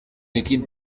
ekin